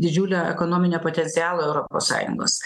didžiulio ekonominio potencialo europos sąjungos